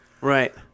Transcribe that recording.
Right